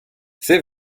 c’est